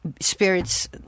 spirits